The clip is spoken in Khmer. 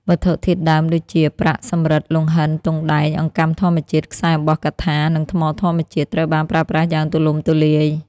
វត្ថុធាតុដើមដូចជា ប្រាក់ សំរឹទ្ធ លង្ហិន ទង់ដែង អង្កាំធម្មជាតិ ខ្សែអំបោះកថា និងថ្មធម្មជាតិ ត្រូវបានប្រើប្រាស់យ៉ាងទូលំទូលាយ។